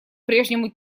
прежнему